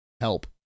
help